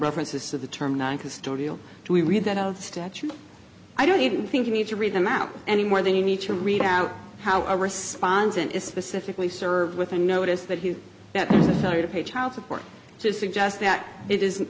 references to the term noncustodial we read that of statute i don't even think you need to read them out any more than you need to read out how a respondent is specifically served with a notice that he had to pay child support to suggest that it isn't